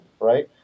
right